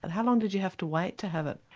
ah how long did you have to wait to have it?